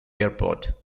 airport